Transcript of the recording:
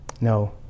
No